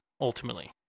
ultimately